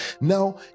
Now